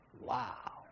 wow